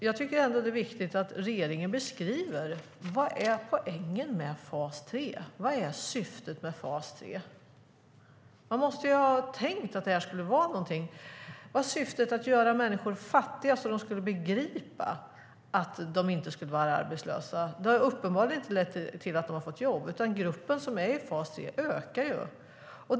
Jag tycker ändå att det är viktigt att regeringen beskriver poängen och syftet med fas 3. Man måste ha tänkt någonting. Var syftet att göra människor fattiga, så att de skulle begripa att de inte skulle vara arbetslösa? Det har uppenbarligen inte lett till att de fått jobb, utan gruppen som är i fas 3 ökar.